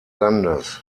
landes